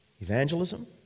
evangelism